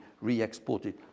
re-exported